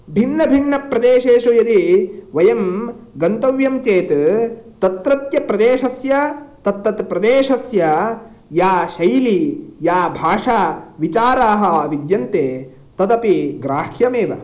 भिन्नभिन्नप्रदेशेषु यदि वयं गन्तव्यं चेत् तत्रत्य प्रदेशस्य तत्तत्प्रदेशस्य या शैली या भाषा विचाराः विद्यन्ते तदपि ग्राह्यमेव